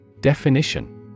Definition